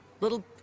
little